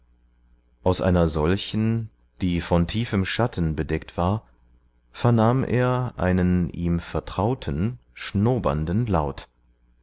aus einer solchen die von tiefem schatten bedeckt war vernahm er einen ihm vertrauten schnobernden laut